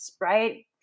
right